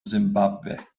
simbabwe